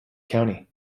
county